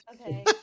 Okay